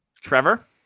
Trevor